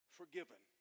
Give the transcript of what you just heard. forgiven